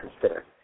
consider